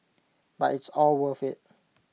but it's all worth IT